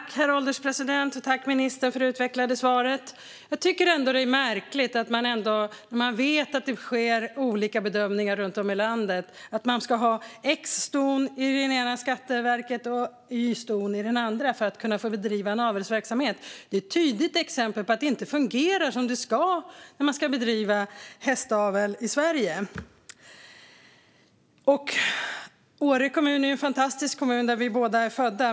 Herr ålderspresident! Tack, ministern, för det utvecklade svaret! Åre kommun är en fantastisk kommun där vi båda är födda.